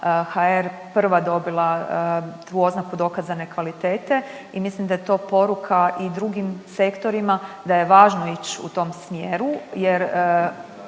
prva dobila tu oznaku dokazane kvalitete i mislim da je to poruka i drugim sektorima da je važno ić u tom smjeru jer